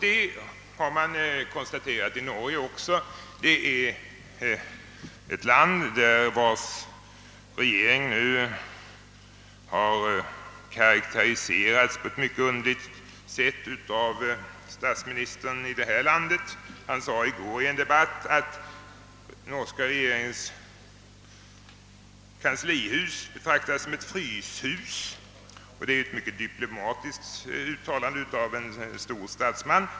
Det har man också konstaterat i Norge. Det är ett land vars regering har karakteriserats på ett mycket underligt sätt av statsministern i det här landet. Han sade i går i en debatt att norska regeringens kanslihus betraktas som ett fryshus. Det är ju ett mycket diplomatiskt uttalande av en stor statsman.